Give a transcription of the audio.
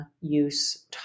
use